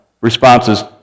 responses